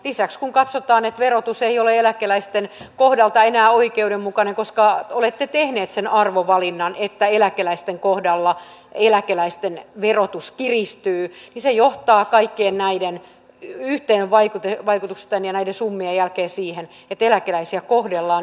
lisäksi kun katsotaan että verotus ei ole eläkeläisten kohdalla enää oikeudenmukainen koska olette tehneet sen arvovalinnan että eläkeläisten kohdalla verotus kiristyy niin se johtaa kaikkien näiden yhteisvaikutuksesta ja näiden summien jälkeen siihen että eläkeläisiä kohdellaan epäoikeudenmukaisella tavalla